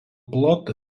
plotą